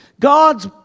God's